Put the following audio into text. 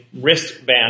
wristband